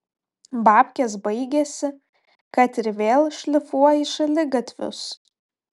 babkės baigėsi kad ir vėl šlifuoji šaligatvius